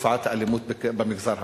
תופעת האלימות במגזר הערבי.